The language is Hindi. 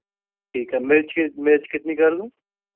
ठीक है मिर्ची मिर्च कितनी कर लूँ